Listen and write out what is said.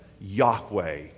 Yahweh